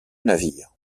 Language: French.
navire